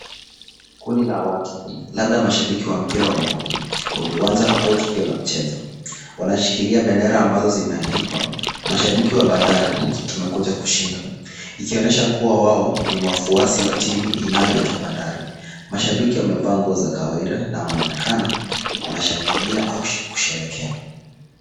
Kundi la watu labda mashabiki wa mpira wa mguu kwenye uwanja au tukio la mchezo. Wanashikilia bendera ambazo zimeandikwa mashabiki wa bandari tumekuja kushinda. Ikionyesha kuwa wao ni wafuasi wa timu inayoitwa Bandari. Mashabiki wamevaa nguo za kawaida na wanaonekana wanashangilia au kusherehekea.